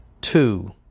Two